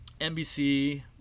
NBC